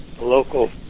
local